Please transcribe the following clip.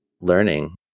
learning